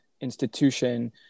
institution